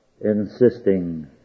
insisting